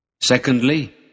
Secondly